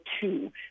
two